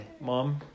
Mom